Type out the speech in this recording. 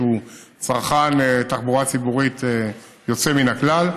שהוא צרכן תחבורה ציבורית יוצא מן הכלל,